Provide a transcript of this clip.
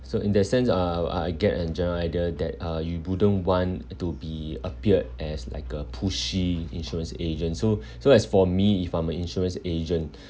so in that sense uh I'll I get an general idea that uh you wouldn't want to be appeared as like a pushy insurance agent so so as for me if I'm a insurance agent